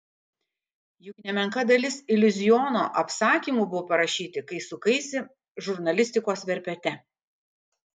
juk nemenka dalis iliuziono apsakymų buvo parašyti kai sukaisi žurnalistikos verpete